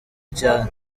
cyane